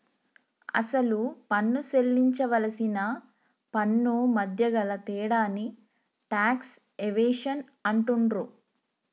అసలు పన్ను సేల్లించవలసిన పన్నుమధ్య గల తేడాని టాక్స్ ఎవేషన్ అంటుండ్రు